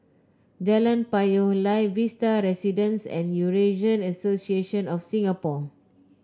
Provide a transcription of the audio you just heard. Jalan Payoh Lai Vista Residences and Eurasian Association of Singapore